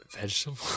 Vegetable